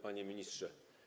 Panie Ministrze!